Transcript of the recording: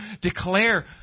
declare